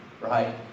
right